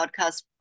podcast